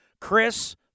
Chris